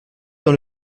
dans